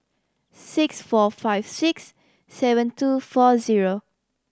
six four five six seven two four zero